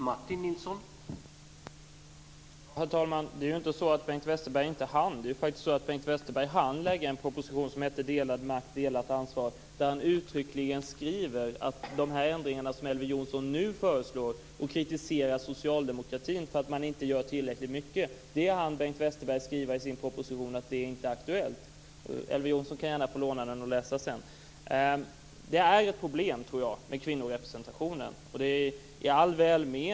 Herr talman! Det är ju inte så att Bengt Westerberg inte hann med detta. Bengt Westerberg hann lägga fram en proposition som hade rubriken Delad makt - delat ansvar. Han skriver där uttryckligen att de ändringar som Elver Jonsson nu föreslår, och kritiserar socialdemokratin för att inte göra tillräckligt mycket för, inte är aktuella. Elver Jonsson kan gärna sedan få låna propositionen för läsning. Jag tror att kvinnorepresentationen är ett problem.